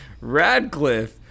Radcliffe